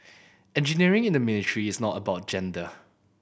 engineering in the military is not about gender